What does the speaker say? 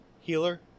healer